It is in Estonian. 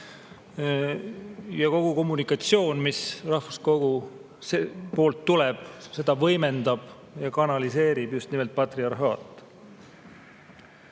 Kogu kommunikatsiooni, mis rahvakogu poolt tuleb, võimendab ja kanaliseerib just nimelt patriarhaat.